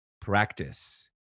practice